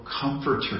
comforter